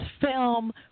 film